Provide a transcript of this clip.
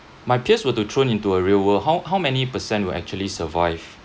my peers were to thrown into a real world how how many percent will actually survive